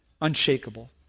unshakable